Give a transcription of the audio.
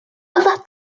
what